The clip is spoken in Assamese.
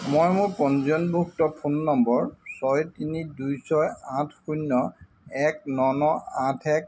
মই মোৰ পঞ্জীয়নভুক্ত ফোন নম্বৰ ছয় তিনি দুই ছয় আঠ শূন্য এক ন ন আঠ এক